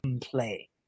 play